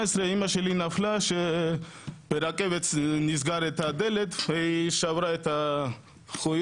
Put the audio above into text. ב-2018 אמא שלי נפלה כשברכבת נסגרה הדלת והיא שברה את החוליות